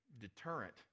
deterrent